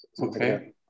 Okay